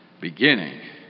beginning